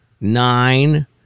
nine